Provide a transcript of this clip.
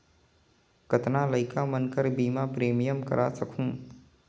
कतना लइका मन कर बीमा प्रीमियम करा सकहुं?